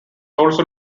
also